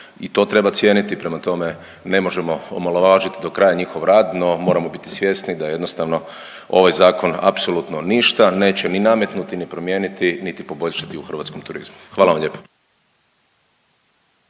i to treba cijeniti, prema tome, ne možemo omalovažiti do kraja njihov rad, no moramo biti svjesni da jednostavno, ovaj Zakon apsolutno ništa neće ni nametnuti ni promijeniti niti poboljšati u hrvatskom turizmu. Hvala vam lijepo.